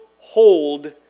Hold